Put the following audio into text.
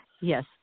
Yes